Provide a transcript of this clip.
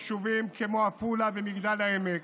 יישובים כמו עפולה ומגדל העמק,